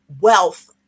wealth